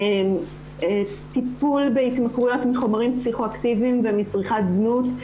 טיפול בהתמכרויות מחומרים פסיכו-אקטיביים ומצריכת זנות,